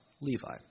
Levi